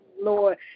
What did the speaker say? Lord